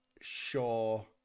sure